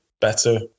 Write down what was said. better